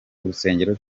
urusengero